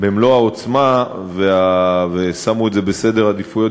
במלוא העוצמה ושמו את זה במקום גבוה בסדר העדיפויות,